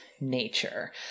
nature